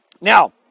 Now